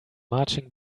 marching